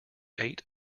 eight